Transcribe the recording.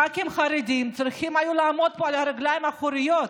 ח"כים חרדים היו צריכים לעמוד פה על הרגליים האחוריות,